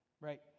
right